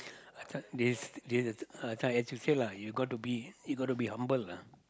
I thought this this uh it's like as you say lah you got to be you got to be humble lah